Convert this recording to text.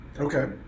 Okay